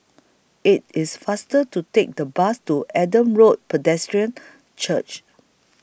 IT IS faster to Take The Bus to Adam Road Pedestrian Church